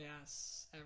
Yes